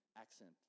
accent